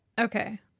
okay